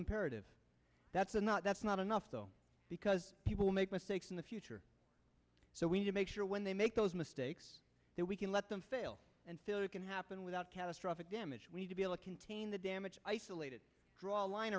imperative that's not that's not enough though because people make mistakes in the future so we need to make sure when they make those mistakes that we can let them fail and failure can happen without catastrophic damage we need to be able to contain the damage isolated draw a line